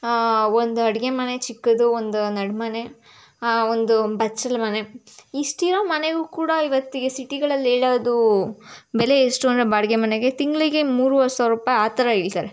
ಒಂದು ಅಡುಗೆ ಮನೆ ಚಿಕ್ಕದು ಒಂದು ನಡುಮನೆ ಒಂದು ಬಚ್ಚಲು ಮನೆ ಇಷ್ಟಿರೋ ಮನೆಗೂ ಕೂಡ ಇವತ್ತಿಗೆ ಸಿಟಿಗಳಲ್ಲಿ ಹೇಳೋದು ಬೆಲೆ ಎಷ್ಟು ಅಂದರೆ ಬಾಡಿಗೆ ಮನೆಗೆ ತಿಂಗಳಿಗೆ ಮೂರೂವರೆ ಸಾವಿರ ರೂಪಾಯಿ ಆ ಥರ ಹೇಳ್ತಾರೆ